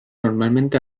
normalmente